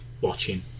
watching